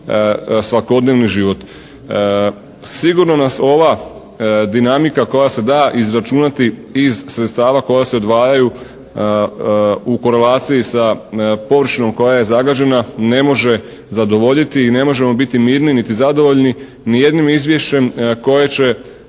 svakodnevni život. Sigurno nas ova dinamika koja se da izračunati iz sredstava koja se odvajaju u korelaciji sa površinom koja je zagađena ne može zadovoljiti i ne možemo biti mirni niti zadovoljni ni jednim izvješćem koje će